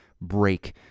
break